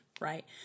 right